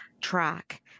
track